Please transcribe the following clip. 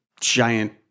giant